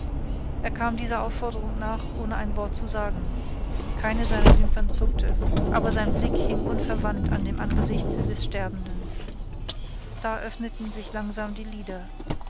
er kam dieser aufforderung nach ohne ein wort zu sagen keine seiner wimpern zuckte aber sein blick hing unverwandt an dem angesichte des sterbenden da öffnete dieser langsam die lider